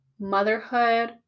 motherhood